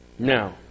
Now